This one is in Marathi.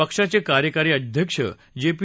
पक्षाचळीर्यकारी अध्यक्ष जा पी